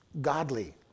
godly